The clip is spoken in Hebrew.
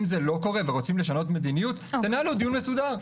אם זה לא קורה ורוצים לשנות מדיניות תנהלו דיון מסודר.